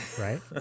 right